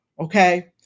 Okay